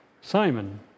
Simon